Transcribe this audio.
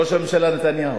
ראש הממשלה נתניהו.